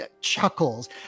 chuckles